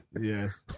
Yes